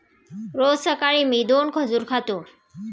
रोज सकाळी मी दोन खजूर खाते